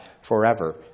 forever